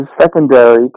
secondary